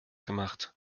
gemacht